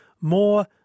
more